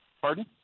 Pardon